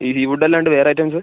ഈ sea food അല്ലാണ്ട് വേറെ ഐറ്റംസ്